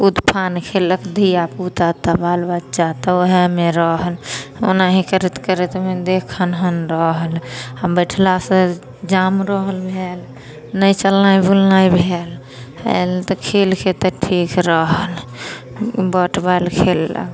कूद फान खेललक धियापुता तऽ बालबच्चा तऽ ओहेमे रहल ओनाही करैत करैतमे देह खनहन रहल आ बइठला से जाम रहल भेल नहि चलनाइ बुलनाइ भेल आयल तऽ खेलके तऽ ठीक रहल बॉट बैल खेललक